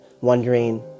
wondering